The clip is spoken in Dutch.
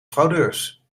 fraudeurs